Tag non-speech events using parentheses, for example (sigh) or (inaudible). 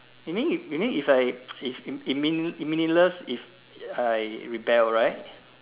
you mean you mean if I (noise) it's it meaning~ meaningless if I rebel right